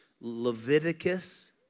Leviticus